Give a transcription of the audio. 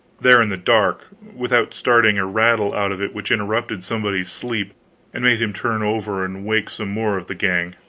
there in the dark, without starting a rattle out of it which interrupted somebody's sleep and made him turn over and wake some more of the gang.